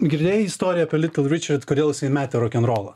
girdėjai istoriją apie litl ričirt kodėl jisai metė rokenrolą